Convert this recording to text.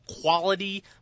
quality